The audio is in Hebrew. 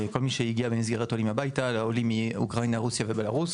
לכל מי שהגיע במסגרת עולים הביתה לעולים מאוקראינה רוסיה ובלארוס